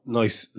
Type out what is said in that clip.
nice